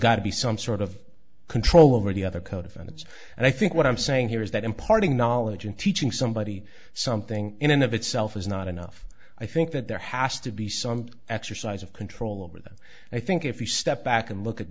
got to be some sort of control over the other co defendants and i think what i'm saying here is that imparting knowledge and teaching somebody something in and of itself is not enough i think that there has to be some exercise of control over them i think if you step back and look at